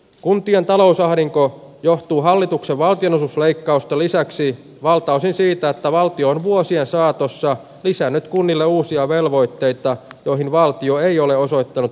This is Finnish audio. kuntien talousahdinko johtuu hallituksen vaatinut leikkausta lisäksi valtaosin siitä että valtion vuosien saatossa on lisännyt kunnille uusia velvoitteita joihin valtio ei ole osoittanut